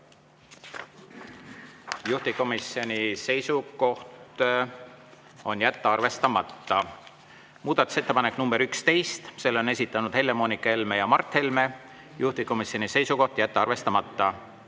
juhtivkomisjoni seisukoht on jätta arvestamata. Muudatusettepanek nr 11. Selle on esitanud Helle-Moonika Helme ja Mart Helme, juhtivkomisjoni seisukoht on jätta arvestamata.